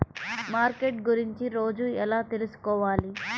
Market గురించి రోజు ఎలా తెలుసుకోవాలి?